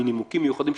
נימוקים מיוחדים,